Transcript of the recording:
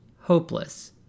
hopeless